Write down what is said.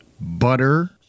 butter